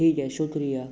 ठीक है शुक्रिया